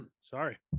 sorry